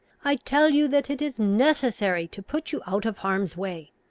i tell you that it is necessary to put you out of harm's way.